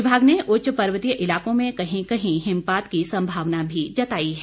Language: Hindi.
विभाग ने उच्च पर्वतीय इलाकों में कहीं कहीं हिमपात की संभावना भी जताई है